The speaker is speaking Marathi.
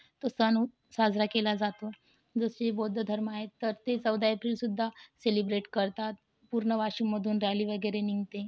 तो सण साजरा केला जातो जसे बौद्ध धर्म आहेत ते चौदा एप्रिलसुद्धा सेलिब्रेट करतात पूर्ण वाशिममधून रॅली वगैरे निघते